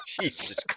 Jesus